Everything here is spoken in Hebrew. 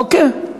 אוקיי.